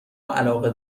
علاقه